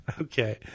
Okay